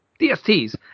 DSTs